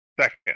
Second